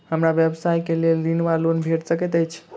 हमरा व्यवसाय कऽ लेल ऋण वा लोन भेट सकैत अछि?